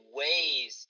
ways